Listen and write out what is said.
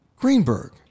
Greenberg